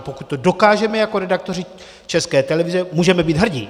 Pokud to dokážeme jako redaktoři České televize, můžeme být hrdí.